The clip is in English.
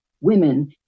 women